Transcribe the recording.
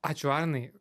ačiū arnai